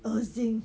恶心